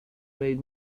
made